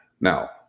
now